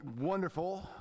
wonderful